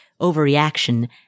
overreaction